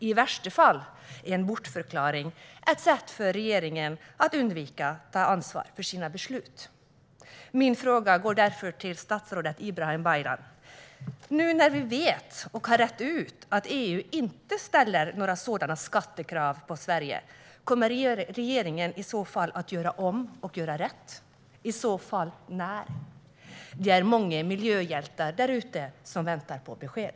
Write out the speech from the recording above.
I värsta fall var det en bortförklaring, alltså ett sätt för regeringen att undvika att ta ansvar för sina beslut. Min fråga går till statsrådet Ibrahim Baylan: Nu när vi vet och har rett ut att EU inte ställer några sådana skattekrav på Sverige, kommer regeringen att göra om och göra rätt? I så fall när? Det är många miljöhjältar där ute som väntar på besked.